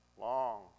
long